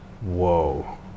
Whoa